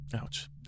Ouch